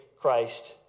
Christ